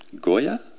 Goya